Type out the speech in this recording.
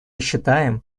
считаем